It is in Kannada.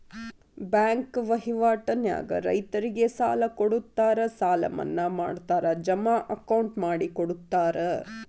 ಬ್ಯಾಂಕ್ ವಹಿವಾಟ ನ್ಯಾಗ ರೈತರಿಗೆ ಸಾಲ ಕೊಡುತ್ತಾರ ಸಾಲ ಮನ್ನಾ ಮಾಡ್ತಾರ ಜಮಾ ಅಕೌಂಟ್ ಮಾಡಿಕೊಡುತ್ತಾರ